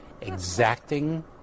exacting